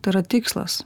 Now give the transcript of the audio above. tai yra tikslas